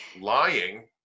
lying